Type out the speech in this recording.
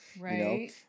Right